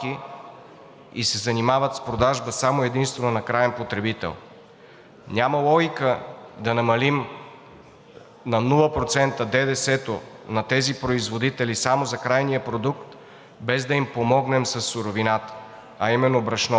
и се занимават с продажба само и единствено на краен потребител. Няма логика да намалим на 0% ДДС на тези производители само за крайния продукт, без да им помогнем със суровината, а именно брашното.